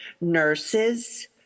nurses